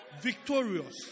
Victorious